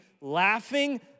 laughing